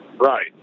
Right